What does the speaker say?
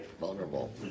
Vulnerable